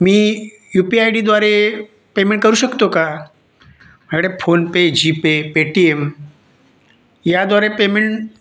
me U P I डीद्वारे payment करू शकतो का मॅडम फोनपे जीपे पेटीएम याद्वारे पेमेंट